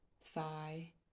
thigh